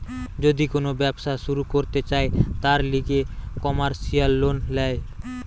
যদি কোন ব্যবসা শুরু করতে চায়, তার লিগে কমার্সিয়াল লোন ল্যায়